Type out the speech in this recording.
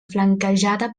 flanquejada